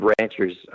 rancher's